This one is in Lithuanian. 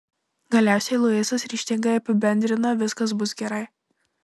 galiausiai luisas ryžtingai apibendrina viskas bus gerai